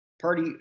party